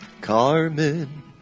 Carmen